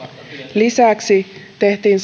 lisäksi tehtiin